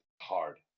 hard